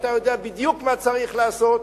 ואתה יודע בדיוק מה צריך לעשות,